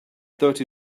thirty